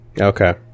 Okay